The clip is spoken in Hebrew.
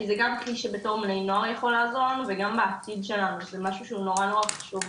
כי זה גם כלי שיכול לעזור לבני נוער וגם לעתיד זה משהו נורא חשוב